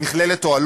במכללת "אוהלו".